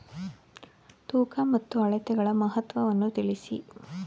ತೂಕ ಮತ್ತು ಅಳತೆಗಳ ಮಹತ್ವವನ್ನು ತಿಳಿಸಿ?